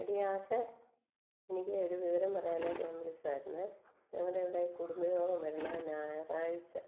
എടീ ആശേ എനിക്ക് ഒരു വിവരം പറയാനായിട്ട് ഞാൻ വിളിച്ചതായിരുന്നെ ഞങ്ങളുടെ ഇവിടെ കുടുംബയോഗം വരുന്ന ഞായറാഴ്ച്ച